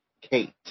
Kate